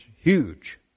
huge